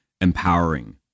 empowering